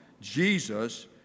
Jesus